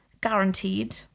Guaranteed